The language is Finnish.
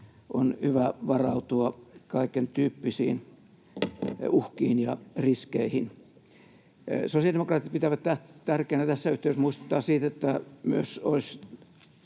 on hyvä varautua kaikentyyppisiin uhkiin ja riskeihin. Sosiaalidemokraatit pitävät tärkeänä tässä yhteydessä muistuttaa siitä, että olisi